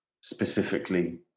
specifically